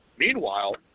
Meanwhile